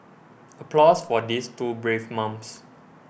applause for these two brave mums